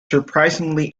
surprisingly